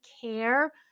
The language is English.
care